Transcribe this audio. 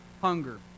hunger